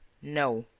no.